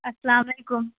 اَسلام علیکُم